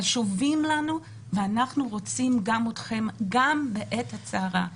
חשובים לנו ואנחנו רוצים גם אתכם גם בעת הצרה.